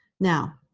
now,